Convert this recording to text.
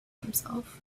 himself